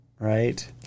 Right